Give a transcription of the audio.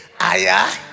aya